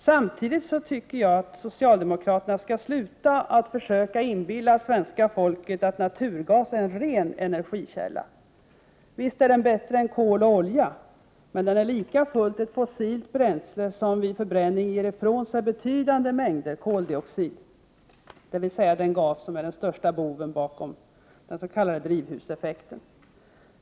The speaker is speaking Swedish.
Samtidigt tycker jag att socialdemokraterna skall sluta försöka inbilla svenska folket att naturgas är en ren energikälla. Visst är den bättre än kol och olja, men den är lika fullt ett fossilt bränsle som vid förbränning ger ifrån sig betydande mängder koldioxid, dvs. den gas som är den största boven bakom den s.k. drivhuseffekten.